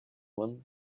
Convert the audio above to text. man